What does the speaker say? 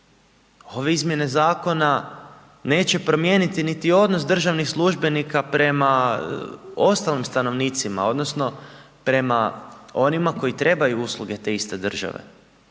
ove izmjene zakona neće promijeniti niti odnos državnih službenika prema ostalim stanovnicima odnosno prema onima koji trebaju usluge te iste države.